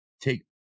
take